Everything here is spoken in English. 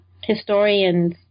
historian's